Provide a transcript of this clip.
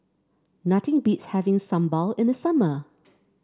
nothing beats having Sambal in the summer